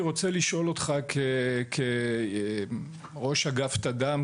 אני רוצה לשאול אותך כראש אגף תד"מ,